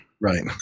Right